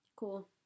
cool